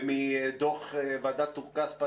ומדוח ועדת טור-כספא